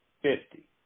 fifty